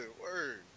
word